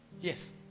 Yes